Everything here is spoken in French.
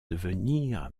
devenir